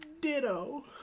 ditto